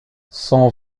son